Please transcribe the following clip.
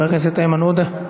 חבר הכנסת איימן עודה,